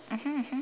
mmhmm mmhmm